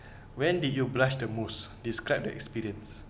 when did you blush the most describe the experience